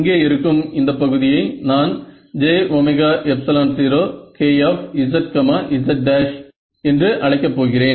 இங்கே இருக்கும் இந்த பகுதியை நான் j0Kzz என்று அழைக்க போகிறேன்